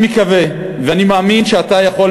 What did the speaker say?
זה ישתנה בקדנציה הזאת.